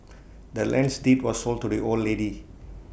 the land's deed was sold to the old lady